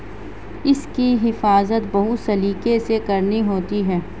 इसकी हिफाज़त बहुत सलीके से करनी होती है